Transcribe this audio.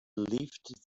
leafed